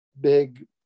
big